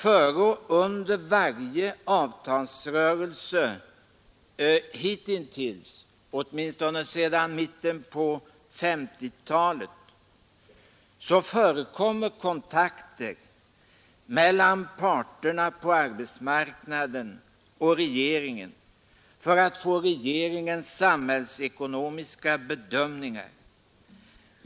Före och under varje avtalsrörelse hitintills, åtminstone sedan mitten på 1950-talet, håller parterna på arbetsmarknaden kontakt med regeringen för att få regeringens samhällsekonomiska bedömningar.